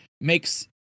makes